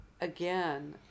again